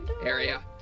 area